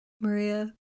Maria